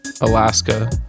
Alaska